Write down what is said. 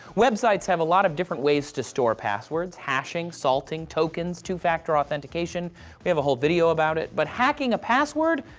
websites have a lot of different ways to store passwords, hashing, salting, tokens, two-factor authentication we have a whole video about it but hacking a password?